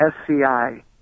SCI